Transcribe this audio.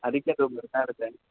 ಅದಕ್ಕೆ ಅದು ಬರ್ತಾ ಇರುತ್ತೆ